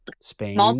Spain